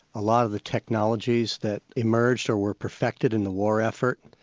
a lot of the technologies that emerged, or were perfected in the war effort,